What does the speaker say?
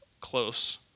close